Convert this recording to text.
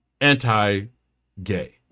anti-gay